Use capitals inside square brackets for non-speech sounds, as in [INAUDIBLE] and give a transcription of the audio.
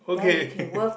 okay [LAUGHS]